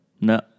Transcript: No